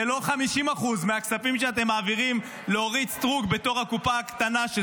זה לא 50% מהכספים שאתם מעבירים לאורית סטרוק בתור הקופה הקטנה של